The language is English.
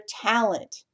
talent